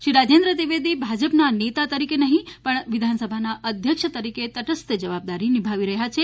શ્રી રાજેન્દ્ર ત્રિવેદી ભાજપના નેતા તરીકે નહી પણ વિધાનસભાના અધ્યક્ષ તરીકે તટસ્થ જવાબદારી નીભાવી રહ્યા છે